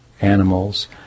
animals